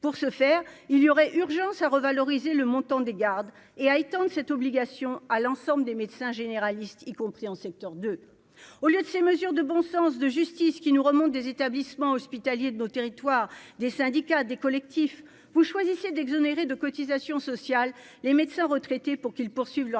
pour ce faire, il y aurait urgence à revaloriser le montant des gardes et à étendre cette obligation à l'ensemble des médecins généralistes, y compris en secteur de au lieu de ces mesures de bon sens de justice qui nous remonte des établissements hospitaliers de nos territoires, des syndicats, des collectifs, vous choisissez d'exonérer de cotisations sociales, les médecins retraités pour qu'ils poursuivent leur